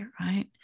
right